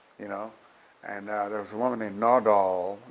you know and there's a woman named nordall,